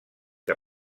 que